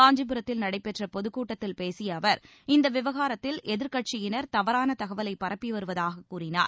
காஞ்சிபரத்தில் நடைபெற்ற பொதுக்கூட்டத்தில் பேசிய அவர் இந்த விவகாரத்தில் எதிர்க்கட்சியினர் தவறான தகவலை பரப்பி வருவதாக கூறினார்